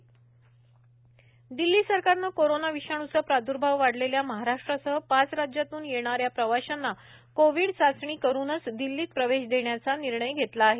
दिल्लीत प्रवेश निर्बंध दिल्ली सरकारनं कोरोना विषाणूचा प्राद्र्भाव वाढलेल्या महाराष्ट्रासह पाच राज्यातून येणाऱ्या प्रवाशांना कोविड चाचणी करुनच दिल्लीत प्रवेश देण्याचा निर्णय घेतला आहे